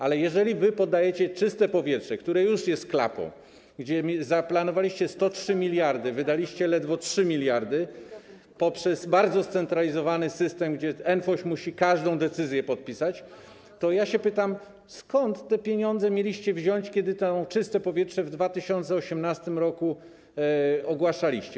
Ale jeżeli wy podajecie „Czyste powietrze”, które już jest klapą - planowaliście 103 mld, wydaliście ledwo 3 mld poprzez bardzo scentralizowany system, gdzie NFOŚiGW musi każdą decyzję podpisać - to ja pytam, skąd te pieniądze mieliście wziąć, kiedy to „Czyste powietrze” w 2018 r. ogłaszaliście.